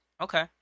Okay